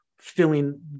filling